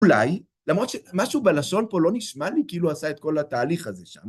אולי, למרות שמשהו בלשון פה לא נשמע לי, כאילו הוא עשה את כל התהליך הזה שם.